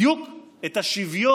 בדיוק את השוויון